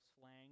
slang